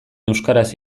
euskaraz